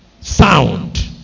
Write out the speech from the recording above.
sound